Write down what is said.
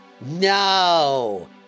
No